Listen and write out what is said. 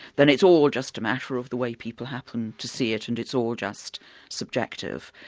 then it's all just a matter of the way people happen to see it, and it's all just subjective.